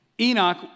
Enoch